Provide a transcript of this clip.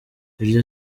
iryo